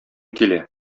килә